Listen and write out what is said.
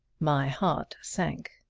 my heart sank.